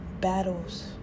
battles